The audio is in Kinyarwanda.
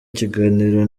kiganiro